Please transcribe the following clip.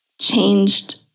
changed